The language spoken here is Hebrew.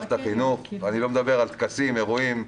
למערכת החינוך, ואני לא מדבר על טקסים, אירועים,